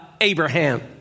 Abraham